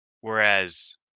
whereas